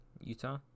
Utah